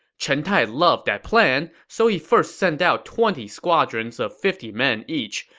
chen tai loved that plan, so he first sent out twenty squadrons of fifty men each.